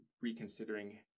reconsidering